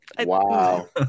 Wow